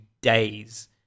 days